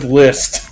list